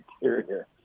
interior